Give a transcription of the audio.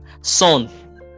son